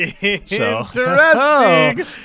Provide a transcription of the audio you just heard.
Interesting